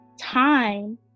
time